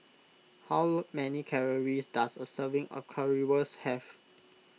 how many calories does a serving of Currywurst have